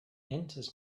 enters